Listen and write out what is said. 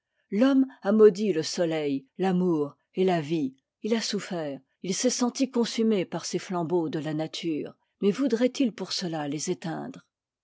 l'homme a maudit le soleil l'amour et la vie il a souffert il s'est senti consumé par ces flambeaux de la nature mais voudrait-il pour cela les éteindre